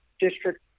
District